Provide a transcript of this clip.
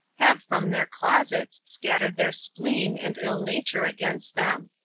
have from their closets scattered their spleen and ill-nature against them.